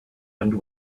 end